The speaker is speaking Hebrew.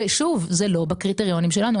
שוב, זה לא בקריטריונים שלנו.